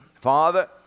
Father